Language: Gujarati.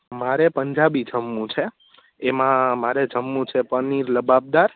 મારે પંજાબી જમવું છે એમાં મારે જમવું છે પનીર લબાબદાર